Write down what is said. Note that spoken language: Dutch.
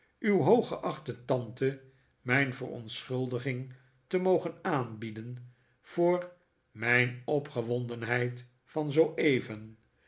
uw hooggeachte tante mijn verontschuldiging te mogen aanbieden voor mijn opgewondenheid van zooeven een